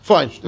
Fine